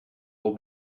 will